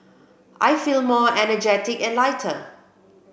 I feel more energetic and lighter